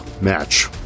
match